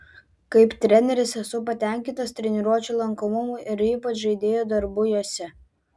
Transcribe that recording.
kaip treneris esu patenkintas treniruočių lankomumu ir ypač žaidėjų darbu jose